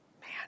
man